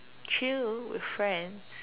chill with friends